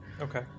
okay